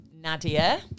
Nadia